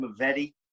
Mavetti